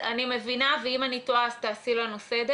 אני מבינה, ואם אני טועה, אז תעשי לנו סדר,